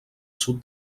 sud